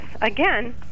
again